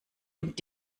und